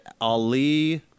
Ali